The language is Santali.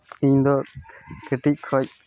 ᱤᱧ ᱫᱚ ᱠᱟᱹᱴᱤᱡ ᱠᱷᱚᱡ